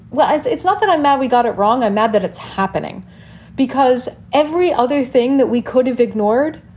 well, it's it's not that i'm mad we got it wrong. i'm mad that it's happening because every other thing that we could have ignored,